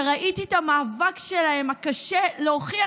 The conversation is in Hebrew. כשראיתי את המאבק הקשה שלהם להוכיח,